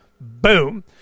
Boom